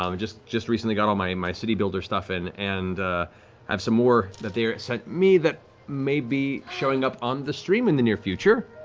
um just just recently got all my and my city builder stuff, and have so more that they sent me that may be showing up on the stream in the near future,